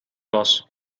was